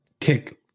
kick